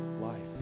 life